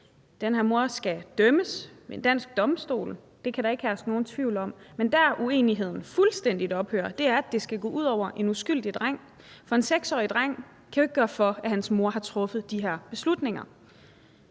Den her mor skal dømmes ved en dansk domstol – det kan der ikke herske nogen tvivl om. Men dér, hvor enigheden fuldstændig ophører, er, at det skal gå ud over en uskyldig dreng, for en 6-årig dreng kan jo ikke gøre for, at hans mor har truffet de her beslutninger.